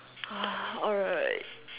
ah alright